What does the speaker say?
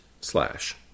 slash